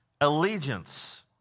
allegiance